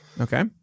Okay